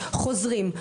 חוזרים,